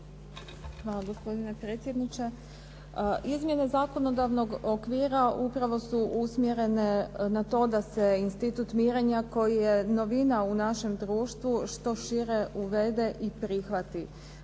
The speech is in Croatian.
Hvala gospodine predsjedniče. Izmjene zakonodavnog okvira upravo su usmjerene na to da se institut mirenja koji je novina u našem društvu što šire uvede i prihvati.